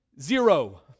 zero